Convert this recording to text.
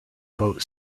boat